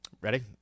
Ready